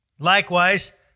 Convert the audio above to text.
Likewise